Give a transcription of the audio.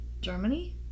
Germany